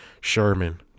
Sherman